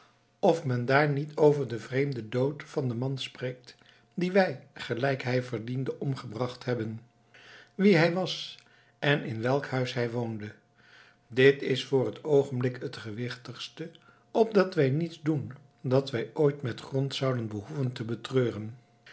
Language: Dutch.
of men daar niet over den vreemden dood van den man spreekt dien wij gelijk hij verdiende omgebracht hebben wie hij was en in welk huis hij woonde dit is voor t oogenblik het gewichtigste opdat wij niets doen dat wij ooit met grond zouden behoeven te betreuren